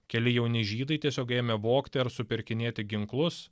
keli jauni žydai tiesiog ėmė vogti ar supirkinėti ginklus